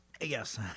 Yes